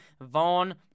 Vaughn